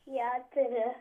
jo turiu